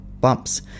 bumps